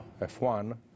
f1